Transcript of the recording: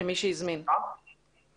כמי שהזמין אותה?